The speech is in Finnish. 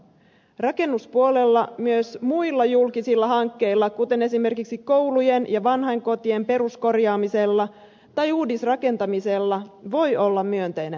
rakennuspuolella myös muilla julkisilla hankkeilla kuten esimerkiksi koulujen ja vanhainkotien peruskorjaamisella tai uudisrakentamisella voi olla myönteinen vaikutus